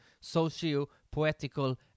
socio-poetical